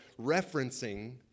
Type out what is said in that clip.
referencing